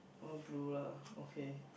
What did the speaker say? all blue lah okay